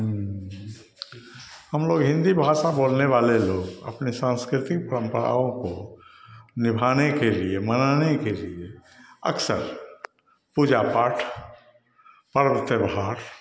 हमलोग हिन्दी भाषा बोलने वाले लोग अपनी साँस्कृतिक परम्पराओं को निभाने के लिए मनाने के लिए अक्सर पूजा पाठ पर्व त्योहार